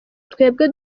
twebwe